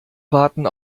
warten